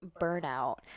burnout